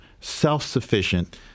self-sufficient